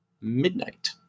Midnight